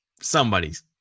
Somebody's